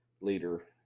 leader